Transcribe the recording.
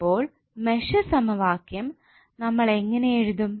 അപ്പോൾ മെഷ് സമവാക്യം നമ്മൾ എങ്ങനെ എഴുത്തും